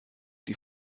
die